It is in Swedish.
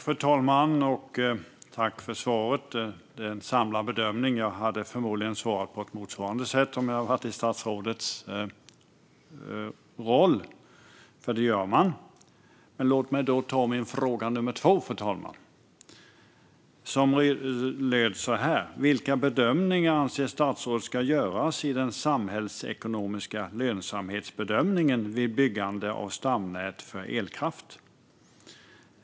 Fru talman! Jag tackar för svaret. Det är alltså en samlad bedömning. Jag hade förmodligen svarat på ett motsvarande sätt om jag hade varit i statsrådets roll, för så gör man. Låt mig då, fru talman, upprepa min fråga nummer 2 i interpellationen! Den lyder så här: "Vilka bedömningar anser statsrådet att det är rimligt att göra i en samhällsekonomisk lönsamhetsbedömning vid byggande av stamnät för elkraft?